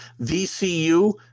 VCU